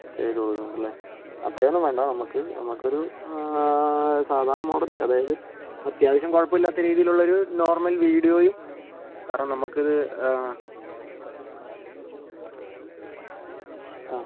ചെയ്തു കൊടുക്കുന്നുണ്ടല്ലേ അത്രയൊന്നും വേണ്ട നമുക്ക് നമുക്കൊരു സാധാ മോഡല് അതായത് അത്യാവശ്യം കുഴപ്പമില്ലാത്ത രീതിയിലുള്ളൊരു നോർമൽ വീഡിയോയും കാരണം നമുക്കിത് ആ